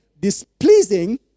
displeasing